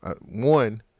one